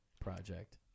project